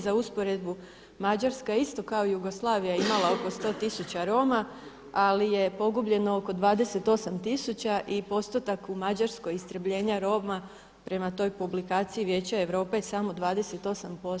Za usporedbu Mađarska je isto kao Jugoslavija imala oko 100 tisuća Roma ali je pogubljeno oko 28 tisuća i postotak u Mađarskoj istrebljenja Roma prema toj publikaciji Vijeća Europe samo 28%